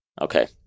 Okay